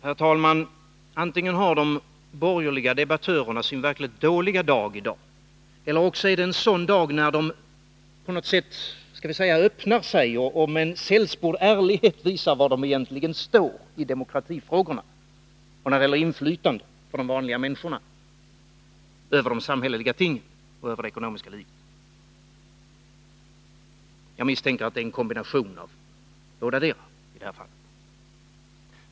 Herr talman! Antingen har de borgerliga debattörerna sin verkligt dåliga dag i dag, eller också är det en sådan dag när de på något sätt öppnar sig och med en sällspord ärlighet visar var de egentligen står i demokratifrågorna och när det gäller inflytandet för de vanliga människorna över de samhälleliga tingen och det ekonomiska livet. Jag misstänker att det i detta fall är en kombination av bådadera.